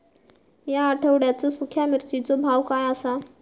या आठवड्याचो सुख्या मिर्चीचो भाव काय आसा?